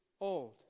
old